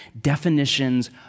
definitions